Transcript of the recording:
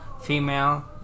female